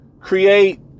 create